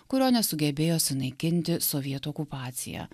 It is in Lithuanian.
kurio nesugebėjo sunaikinti sovietų okupacija